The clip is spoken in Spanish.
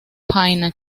payne